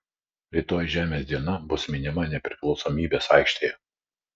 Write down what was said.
rytoj žemės diena bus minima nepriklausomybės aikštėje